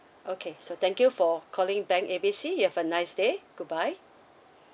okay so thank you for calling bank A B C you have a nice day goodbye